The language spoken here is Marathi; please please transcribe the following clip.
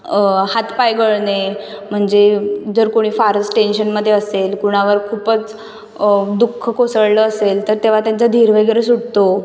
हात पाय गळणे म्हणजे जर कोणी फारच टेंशनमध्ये असेल कुणावर खूपच दु ख कोसळलं असेल तर तेव्हा त्यांचा धीर वगैरे सुटतो